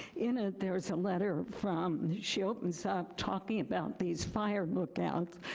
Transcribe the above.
in it, there's a letter from. she opens up talking about these fire lookouts,